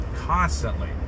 constantly